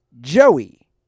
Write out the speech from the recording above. Joey